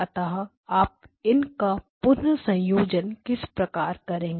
अतः आप इन का पुनः संयोजन किस प्रकार करेंगे